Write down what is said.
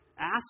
Ask